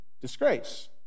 disgrace